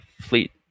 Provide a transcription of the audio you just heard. fleet